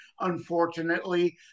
unfortunately